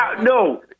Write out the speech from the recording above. No